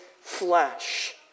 flesh